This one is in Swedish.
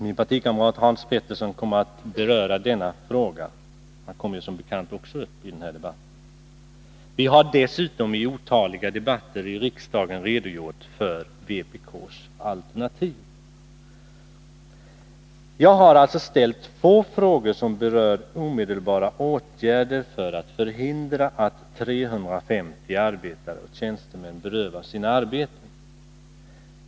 Min partikamrat Hans Petersson kommer att beröra denna fråga i debatten. Vi har dessutom i otaliga debatter i riksdagen redogjort för vpk:s alternativ. Jag har alltså ställt två frågor som berör omedelbara åtgärder för att förhindra att 350 arbetare och tjänstemän berövas sina arbeten.